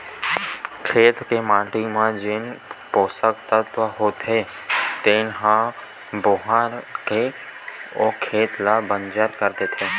खेत के माटी म जेन पोसक तत्व होथे तेन ह बोहा के ओ खेत ल बंजर कर देथे